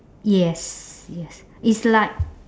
yes yes it's like